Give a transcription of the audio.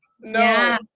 No